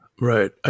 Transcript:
Right